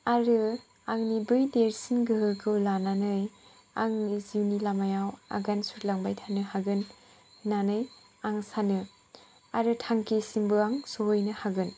आरो आंनि बै देरसिन गोहोखौ लानानै आंनि जिउ नि लामायाव आगान सुरलांबाय थानो हागोन होननानै आं सानो आरो थांखिसिमबो आं सहैनो हागोन